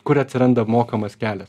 kur atsiranda mokamas kelias